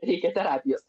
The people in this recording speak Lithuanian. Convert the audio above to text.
reikia terapijos